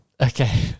Okay